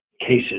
cases